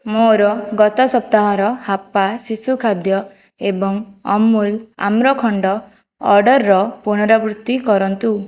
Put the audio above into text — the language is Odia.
ମୋର ଗତ ସପ୍ତାହର ହାପ୍ପା ଶିଶୁ ଖାଦ୍ୟ ଏବଂ ଅମୁଲ୍ ଆମ୍ରଖଣ୍ଡ ଅର୍ଡ଼ର୍ର ପୁନରାବୃତ୍ତି କରନ୍ତୁ